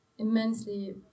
immensely